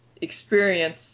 experience